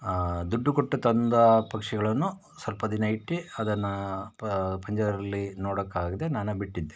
ದುಡ್ಡು ಕೊಟ್ಟು ತಂದ ಪಕ್ಷಿಗಳನ್ನು ಸ್ವಲ್ಪ ದಿನ ಇಟ್ಟು ಅದನ್ನು ಪ ಪಂಜರದಲ್ಲಿ ನೋಡೋಕ್ಕಾಗ್ದೆ ನಾನು ಬಿಟ್ಟಿದ್ದೇನೆ